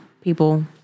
people